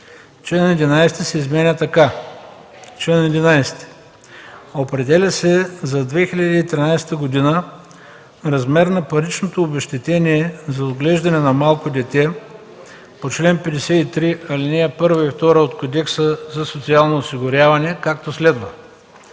Член 11 се изменя така: „Чл. 11. Определя се за 2013 г. размер на паричното обезщетение за отглеждане на малко дете по чл. 53, ал. 1 и 2 от Кодекса за социално осигуряване, както следва: